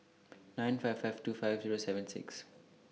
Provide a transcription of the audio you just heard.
nine five five two five Zero seven six